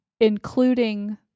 including